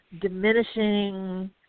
diminishing